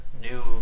new